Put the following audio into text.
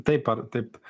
taip taip